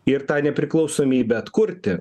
ir tą nepriklausomybę atkurti